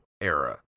era